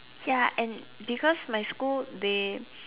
ya and because my school they